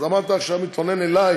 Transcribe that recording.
אז למה אתה עכשיו מתלונן אלי